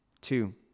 Two